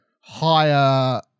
higher